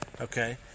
Okay